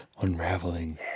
Unraveling